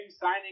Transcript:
signing